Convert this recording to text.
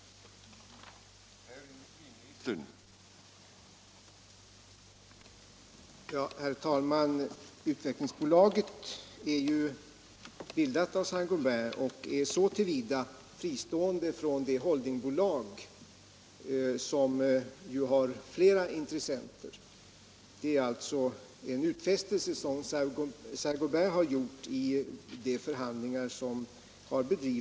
fusioner inom glasindustrin